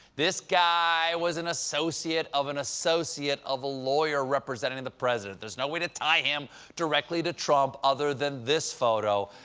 this guy was an associate of an associate of a lawyer representing the president. there's no way to tie him directly to trump. other than this photo.